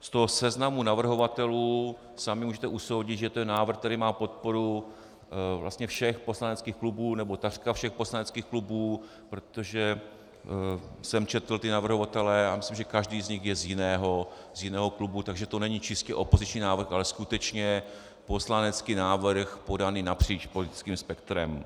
Z toho seznamu navrhovatelů sami můžete usoudit, že to je návrh, který má podporu vlastně všech poslaneckých klubů, nebo takřka všech poslaneckých klubů, protože jsem četl ty navrhovatele a myslím, že každý z nich je z jiného klubu, takže to není čistě opoziční návrh, ale skutečně poslanecký návrh podaný napříč politickým spektrem.